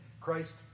Christ